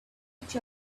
each